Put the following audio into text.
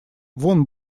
вот